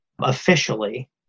officially